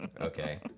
Okay